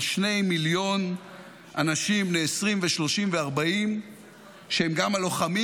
על שני מיליון אנשים בני 20 ו-30 ו-40 שהם גם הלוחמים